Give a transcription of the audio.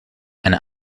eine